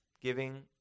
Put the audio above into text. giving